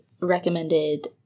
recommended